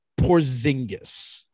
Porzingis